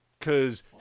Cause